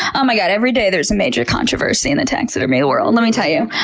oh my god, every day there's a major controversy in the taxidermy world, let me tell ya.